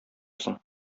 соң